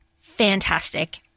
fantastic